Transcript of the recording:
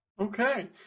Okay